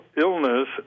illness